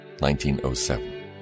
1907